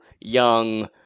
young